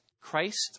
Christ